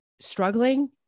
struggling